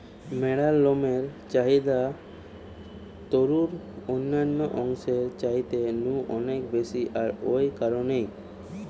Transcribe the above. ম্যাড়ার লমের চাহিদা তারুর অন্যান্য অংশের চাইতে নু অনেক বেশি আর ঔ কারণেই